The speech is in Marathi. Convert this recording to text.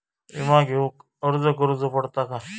विमा घेउक अर्ज करुचो पडता काय?